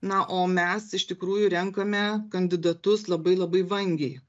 na o mes iš tikrųjų renkame kandidatus labai labai vangiai